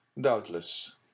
doubtless